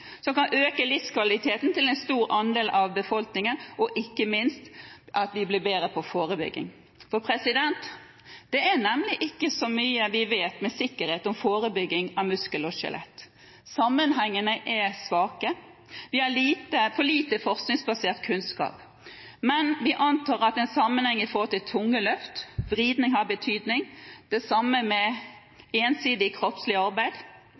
øke livskvaliteten til en stor andel av befolkningen og ikke minst bli bedre på forebygging. Det er nemlig ikke så mye vi vet med sikkerhet om forebygging av muskel- og skjelettplager. Sammenhengene er svake. Vi har for lite forskningsbasert kunnskap, men vi antar at det har en sammenheng med tunge løft og vridninger. Det samme gjelder ensidig kroppslig arbeid,